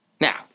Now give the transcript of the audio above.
Now